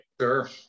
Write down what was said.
sure